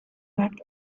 back